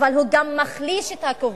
אבל הוא גם מחליש את הכובש.